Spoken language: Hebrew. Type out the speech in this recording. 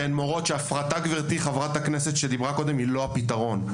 שהן מורות שההפטרה שדיברה חברת הכנסת קודם אינה הפתרון.